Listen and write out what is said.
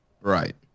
Right